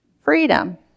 freedom